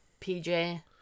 PJ